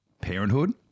Parenthood